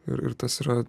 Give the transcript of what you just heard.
ir tas yra